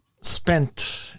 spent